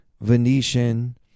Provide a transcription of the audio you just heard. Venetian